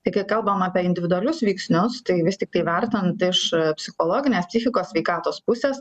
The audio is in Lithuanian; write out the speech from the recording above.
tai kai kalbam apie individualius veiksnius tai vis tiktai vertinant iš psichologinės psichikos sveikatos pusės